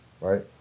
right